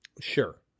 Sure